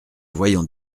voyant